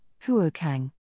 huokang